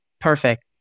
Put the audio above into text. Perfect